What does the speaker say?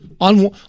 on